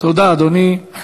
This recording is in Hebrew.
תודה, אדוני.